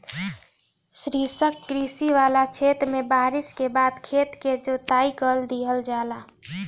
शुष्क कृषि वाला क्षेत्र में बारिस के बाद खेत क जोताई कर देवल जाला